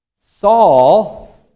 Saul